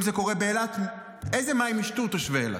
אם זה קורה באילת, איזה מים ישתו תושבי אילת?